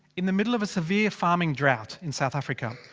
in the middle of a severe farming drought in south africa.